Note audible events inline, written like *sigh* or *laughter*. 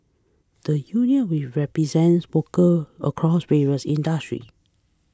the union *unintelligible* represents worker across various industry